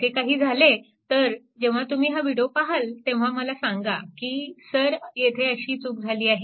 असे काही झाले तर जेव्हा तुम्ही हा व्हिडीओ पाहाल तेव्हा मला सांगा की सर येथे अशी चूक झाली आहे